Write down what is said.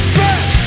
best